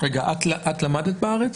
את למדת בארץ?